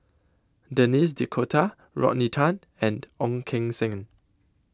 Denis D'Cotta Rodney Tan and Ong Keng Sen